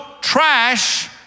trash